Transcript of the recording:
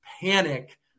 panic